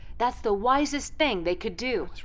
that's the wisest thing they could do.